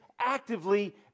actively